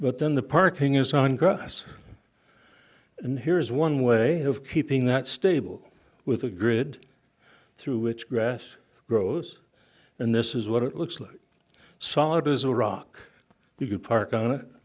but then the parking is on grass and here's one way of keeping that stable with a grid through which grass grows and this is what it looks like solid as a rock you could park on it